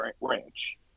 ranch